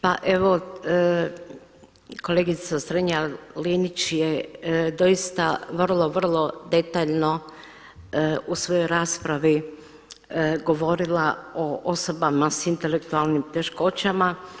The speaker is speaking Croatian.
Pa evo kolegica Strenja-Linić je doista vrlo, vrlo detaljno u svojoj raspravi govorila o osobama sa intelektualnim teškoćama.